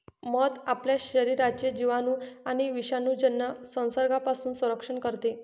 मध आपल्या शरीराचे जिवाणू आणि विषाणूजन्य संसर्गापासून संरक्षण करते